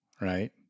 right